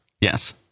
Yes